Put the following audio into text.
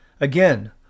Again